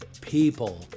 people